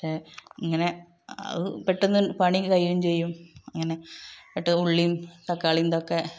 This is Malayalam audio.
പക്ഷെ ഇങ്ങനെ അത് പെട്ടെന്ന് പണി കഴിയുകയും ചെയ്യും അങ്ങനെ പെട്ടെന്ന് ഉള്ളിയും തക്കാളിയും ഇതൊക്കെ